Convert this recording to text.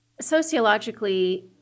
Sociologically